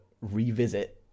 revisit